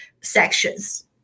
sections